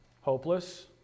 Hopeless